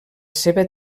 seva